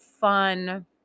fun